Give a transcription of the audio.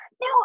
No